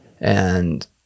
And-